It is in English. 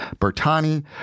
Bertani